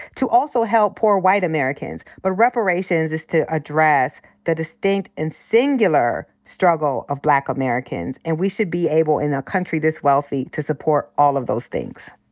to also help poor white americans. but reparations is to address the distinct and singular struggle of black americans. and we should be able, in a country this wealthy, to support all of those things.